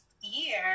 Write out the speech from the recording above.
year